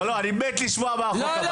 לא, לא, אני מת לשמוע מה החוק הבא.